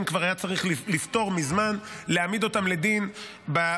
כבר היה צריך לפתור מזמן: להעמיד אותם לדין במסלול